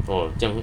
orh 这样